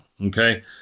Okay